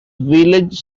village